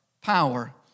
power